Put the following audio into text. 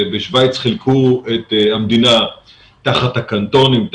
בשוויץ חילקו את המדינה תחת הקנטונים,